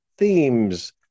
themes